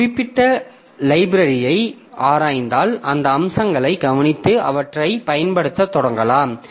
ஒரு குறிப்பிட்ட லைப்ரரியை ஆராய்ந்தால் அந்த அம்சங்களைக் கவனித்து அவற்றைப் பயன்படுத்தத் தொடங்கலாம்